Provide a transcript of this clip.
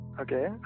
Okay